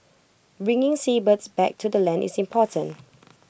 bringing seabirds back to the land is important